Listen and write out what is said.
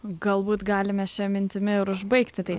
galbūt galime šia mintimi ir užbaigti tai